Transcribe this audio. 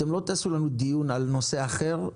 אתם לא תעשו לנו דיון על נושא אחר.